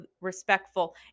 respectful